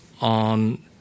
on